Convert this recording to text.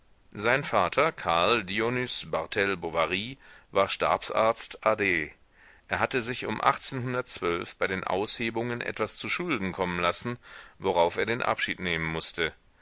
sein vater karl dionys barthel bovary war stabsarzt a d er hatte sich um bei den aushebungen etwas zuschulden kommen lassen worauf er den abschied nehmen mußte